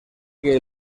que